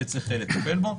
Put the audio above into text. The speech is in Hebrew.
שצריך לטפל בו,